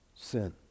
sin